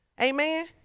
Amen